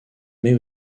mais